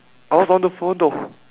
I was on the phone though